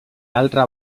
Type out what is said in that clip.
altra